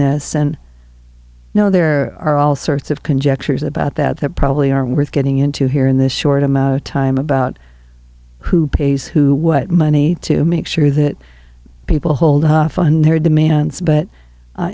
this and now there are all sorts of conjectures about that that probably are worth getting into here in this short amount of time about who pays who what money to make sure that people hold off on their demands but